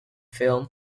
film